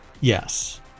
yes